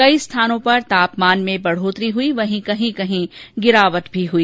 कई स्थानों पर तापमान में बढ़ोतरी हुई वहीं कहीं कहीं गिरावट भी आई